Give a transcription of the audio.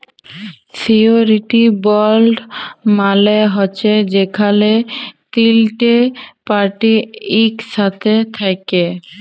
surety bond মালে হছে যেখালে তিলটে পার্টি ইকসাথে থ্যাকে